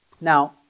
Now